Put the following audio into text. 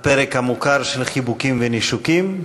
הפרק המוכר של חיבוקים ונישוקים.